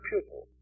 pupil